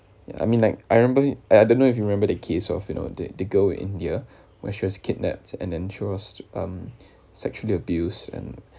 ya I mean like I remember I don't know if you remember the case of you know the the girl in india where she was kidnapped and then she was um sexually abused and